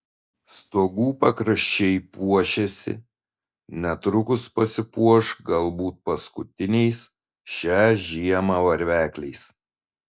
stogų pakraščiai puošiasi netrukus pasipuoš galbūt paskutiniais šią žiemą varvekliais